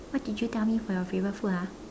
what did you tell me for your favorite food ah